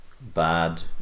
bad